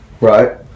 Right